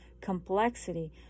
complexity